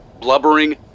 blubbering